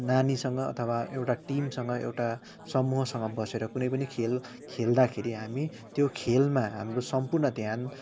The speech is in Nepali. नानीसँग अथवा एउटा टिमसँग एउटा समूहसँग बसेर कुनै पनि खेल खेँल्दाखेरि हामी त्यो खेलमा हाम्रो सम्पूर्ण ध्यान